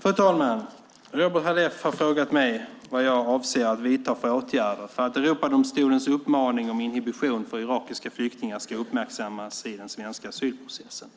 Fru talman! Robert Halef har frågat mig vad jag avser att vidta för åtgärder för att Europadomstolens uppmaning om inhibition för irakiska flyktingar ska uppmärksammas i den svenska asylprocessen.